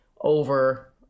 over